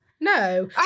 No